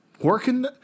Working